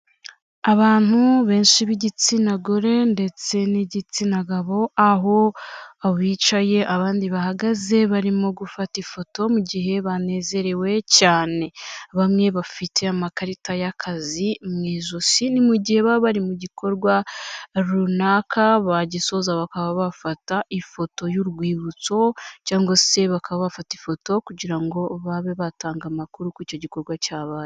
Abantu benshi b'igitsina gore ndetse n'igitsina gabo ,aho bicaye abandi bahagaze barimo gufata ifoto mu gihe banezerewe cyane. Bamwe bafite amakarita y'akazi mu ijosi, ni mu gihe baba bari mu gikorwa runaka bagisoza bakaba bafata ifoto y'urwibutso, cyangwa se bakaba bafata ifoto kugira ngo babe batanga amakuru ku icyo gikorwa cyabaye.